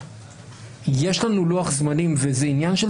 וכיוון שיש לנו לוח זמנים וזה עניין של